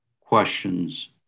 questions